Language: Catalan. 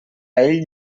ell